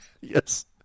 Yes